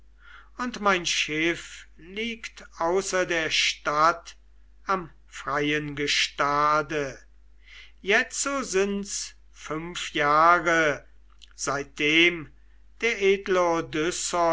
und mein schiff liegt außer der stadt am freien gestade jetzo sind's fünf jahre seitdem der edle